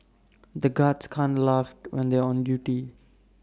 the guards can't laugh when they are on duty